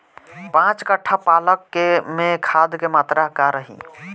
पाँच कट्ठा पालक में खाद के मात्रा का रही?